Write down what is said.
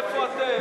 איפה אתם?